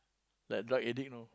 like drug addict know